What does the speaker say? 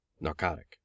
Narcotic